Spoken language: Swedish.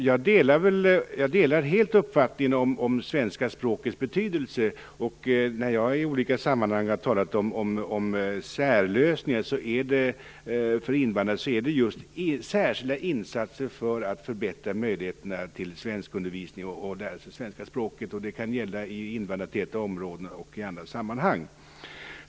Fru talman! Jag delar helt uppfattningen om svenska språkets betydelse. När jag i olika sammanhang har talat om särlösningar för invandrare har jag tänkt på just särskilda insatser för att förbättra möjligheterna till svenskundervisning och att lära sig svenska språket i invandrartäta områden eller i andra sammanhang.